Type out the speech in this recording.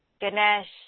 Ganesh